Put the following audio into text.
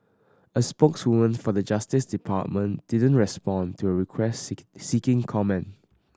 a spokeswoman for the Justice Department didn't respond to a request seek seeking comment